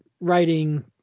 writing